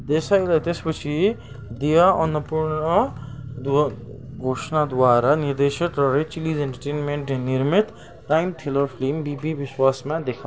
देसाई त्यसपछि दिया अन्नपूर्ण द्वा घोषणाद्वारा निर्देशित र रेड चिलिज इन्टरटेनमेन्टद्वारा निर्मित क्राइम थ्रिलर फिल्म बब विश्वासमा देखा